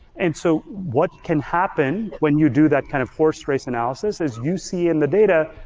and so, what can happen when you do that kind of horse race analysis is you see in the data,